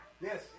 Yes